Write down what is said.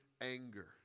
anger